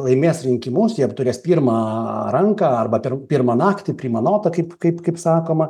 laimės rinkimus jie apturės pirma ranka arba per pirmą naktį prima nota kaip kaip kaip sakoma